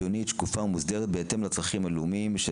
שוויונית ומוסדרת בהתאם לצרכים הלאומיים של